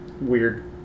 weird